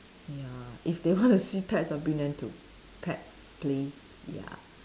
ya if they want to see pets I'll bring them to pets place ya